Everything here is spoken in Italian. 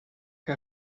che